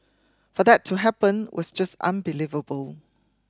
for that to happen was just unbelievable